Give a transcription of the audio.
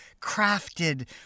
crafted